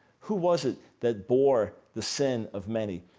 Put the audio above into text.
who was it that bore the sin of many?